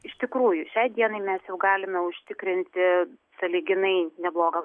iš tikrųjų šiai dienai mes jau galime užtikrinti sąlyginai neblogą